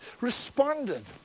responded